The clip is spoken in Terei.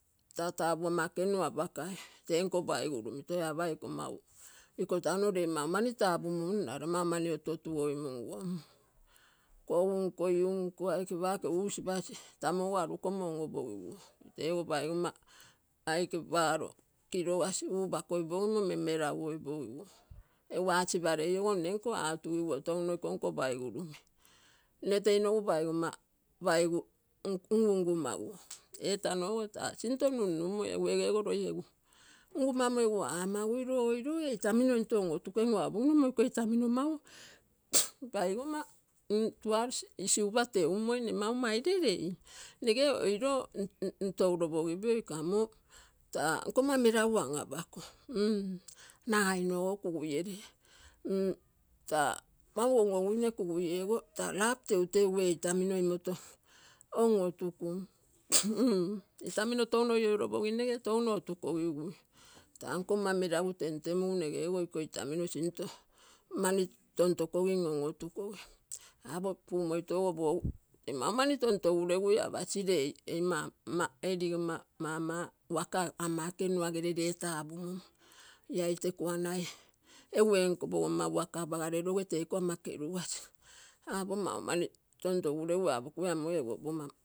Taa tatapuu ama ekenua apagai tee nko paigurumi toi apai iko man iko tano ree mau mani tapumun nale mau mani otuotugoimunguo aike pake usipasi, tamu ogo arugomo onopoguo. Eko paigonma aike paro kilogasi upakoipogimo manmeragu oipogiguo egu asiparei ogo nne nko atupiguo. Touno iko nko paigurumi nne tei nogu paigoma paigu nkunkuma kuo. Etanogo taa simto nunumo egu ege loi egu igumamo egu amagui too oilo ee itemino omotugem, egu apogino omo iko itemino mau paigoma paigoma tuasi isikupa teumoi nne mau mairee rei. Nege oilo ntoulopogipio iko kamo taa nkonma meragu anapago mm, nagai noo ogo kuguiere mm taa mau onoguinee kuguie ogo taa love teuteugu ee itamino onotugum mm itamino touno ioiouiopogim nege touno otukogigui. Taa nkonma meragu tentemugu nke ogo iko itamino simto mani tontogogi onotugokui apo pumoito ogo pogu tee mau mani tontoguregui apasi ei ligonma maniauaga ama ekenua gere ree tapumum. Ia ite kuanai egu ee nko pogonma uaga apagare ioge teiko ama kerugasi apo mau mani tontoguregu apogui amo egu ogo.